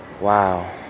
Wow